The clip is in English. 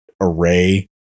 array